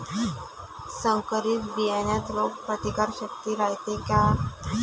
संकरित बियान्यात रोग प्रतिकारशक्ती रायते का?